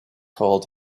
called